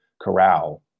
Corral